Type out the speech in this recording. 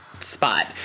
spot